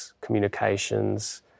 communications